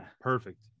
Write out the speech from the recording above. Perfect